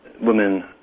women